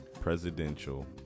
presidential